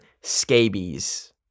scabies